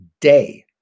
day